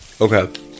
Okay